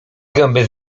gęby